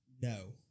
No